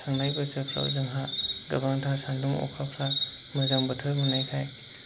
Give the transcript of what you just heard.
थांनाय बोसोरफ्राव जोंहा गोबांथार सान्दुं अखाफ्रा मोजां बोथोर मोननायखाय